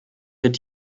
wird